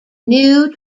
new